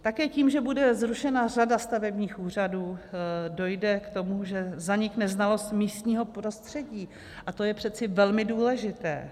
Také tím, že bude zrušena řada stavebních úřadů, dojde k tomu, že zanikne znalost místního prostředí, a to je přece velmi důležité.